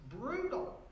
brutal